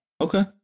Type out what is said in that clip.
Okay